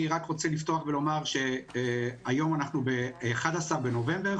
אני רק רוצה לפתוח ולומר שהיום אנחנו ב-11 בנובמבר,